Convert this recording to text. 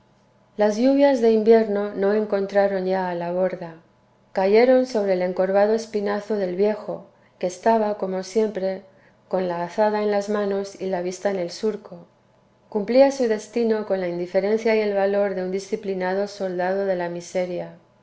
las lluvias de invierno no encontraron ya a la borda cayeron sobre el encorvado espinazo del viejo que estaba como siempre con la azada en las manos y la vista en el surco cumplía su destino con la indiferencia y el valor de un disciplinado soldado de la miseria